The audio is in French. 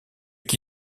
qui